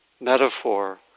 metaphor